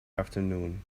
afternoon